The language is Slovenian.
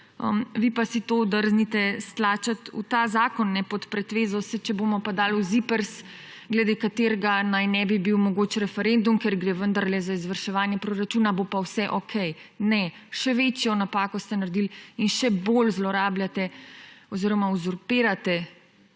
Vi si to drznite stlačiti v ta zakon pod pretvezo, če bomo pa dali v ZIPRS, glede katerega naj ne bi bil mogoč referendum, ker gre vendarle za izvrševanje proračuna, bo pa vse okej. Ne. Še večjo napako ste naredili in še bolj zlorabljate oziroma uzurpirate